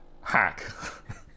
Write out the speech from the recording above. Hack